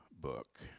book